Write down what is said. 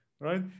right